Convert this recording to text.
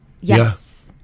Yes